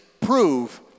prove